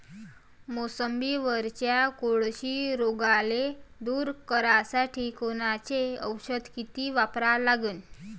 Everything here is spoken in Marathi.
मोसंबीवरच्या कोळशी रोगाले दूर करासाठी कोनचं औषध किती वापरा लागन?